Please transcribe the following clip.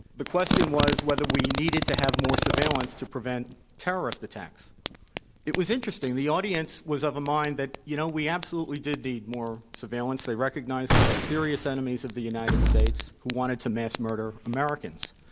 the question was whether we needed to have more surveillance to prevent terrorist attacks. and it was interesting the audience was of a mind that, you know, we absolutely did need more surveillance. they recognized we had serious enemies of the united states who wanted to mass murder americans.